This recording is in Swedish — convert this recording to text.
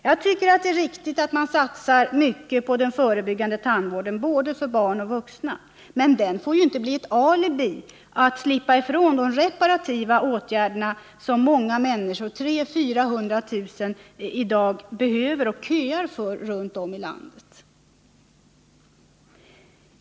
Jag tycker det är riktigt att satsa mycket på den förebyggande tandvården för både barn och vuxna, men den får ju inte bli ett alibi för att slippa ifrån de reparativa åtgärder som många människor — 300 000-400 000 — behöver och köar för runt om i landet.